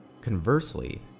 Conversely